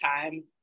time